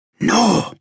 No